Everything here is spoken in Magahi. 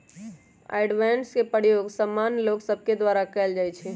अवॉइडेंस के प्रयोग सामान्य लोग सभके द्वारा कयल जाइ छइ